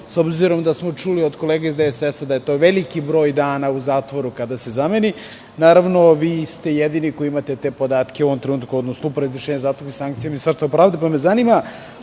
s obzirom da smo čuli od kolege iz DSS da je to veliki broj dana u zatvoru kada se zameni. Naravno, vi ste jedini koji imate te podatke u ovom trenutku, odnosno Uprava za izvršenje zatvorskih sankcija Ministarstva pravde. Zanima